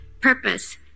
purpose